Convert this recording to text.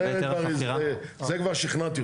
זה כבר שכנעתי אותו.